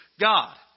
God